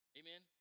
amen